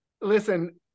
Listen